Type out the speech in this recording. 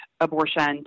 abortion